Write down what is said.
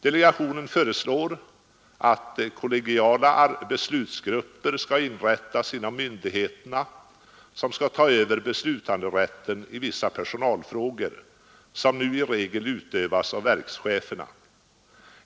Delegationen föreslår att kollegiala beslutsgrupper skall inrättas inom myndigheterna för att ta över beslutanderätten i vissa personalfrågor, som nu i regel utövas av verkscheferna.